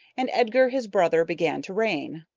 and edgar, his brother, began to reign.